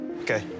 Okay